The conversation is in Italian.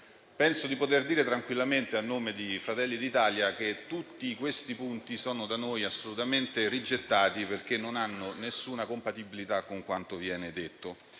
Penso di poter dire tranquillamente, a nome di Fratelli d'Italia, che tutti questi punti sono da noi assolutamente rigettati, perché non hanno nessuna compatibilità con quanto viene detto.